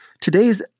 today's